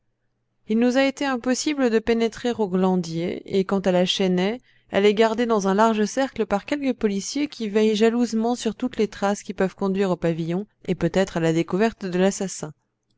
il nous a été impossible de pénétrer au glandier et quant à la chênaie elle est gardée dans un large cercle par quelques policiers qui veillent jalousement sur toutes les traces qui peuvent conduire au pavillon et peut-être à la découverte de l'assassin